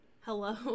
Hello